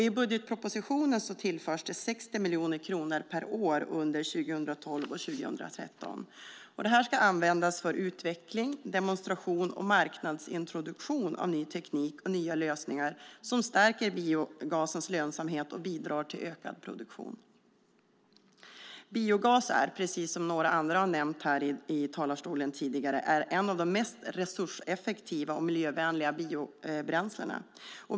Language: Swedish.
I budgetpropositionen tillförs det 60 miljoner kronor per år under 2012 och 2013. Dessa pengar ska användas för utveckling, demonstration och marknadsintroduktion av ny teknik och nya lösningar som stärker biogasens lönsamhet och bidrar till ökad produktion. Biogas är, precis som några andra har nämnt här i talarstolen tidigare, ett av de mest resurseffektiva och miljövänliga biobränslena.